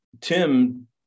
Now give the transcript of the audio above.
Tim